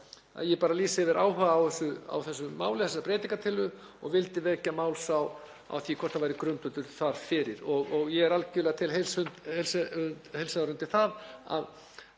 Ég bara lýsi yfir áhuga á þessu máli, þessari breytingartillögu og vildi vekja máls á því hvort það væri grundvöllur þar fyrir. Ég tek algjörlega heils hugar undir það að